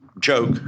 Joke